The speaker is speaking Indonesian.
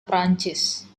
prancis